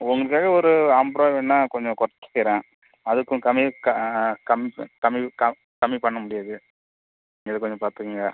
உங்களுக்காக ஒரு அம்பதுரூவா வேணா கொஞ்சம் கொறச்சுக்கிறேன் அதுக்கும் கம்மி க கம் கம்மி கம்மி பண்ண முடியாது இதை கொஞ்சம் பார்த்துக்குங்க